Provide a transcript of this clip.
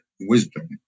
wisdom